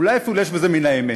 אולי אפילו יש בזה מן האמת.